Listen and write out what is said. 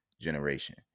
generation